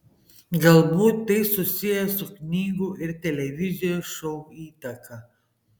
galbūt tai susiję su knygų ir televizijos šou įtaka